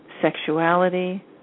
sexuality